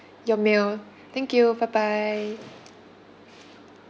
your meal thank you bye bye